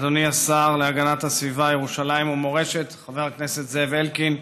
אדוני השר להגנת הסביבה ולירושלים ומורשת חבר הכנסת זאב אלקין,